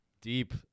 deep